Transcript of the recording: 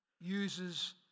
uses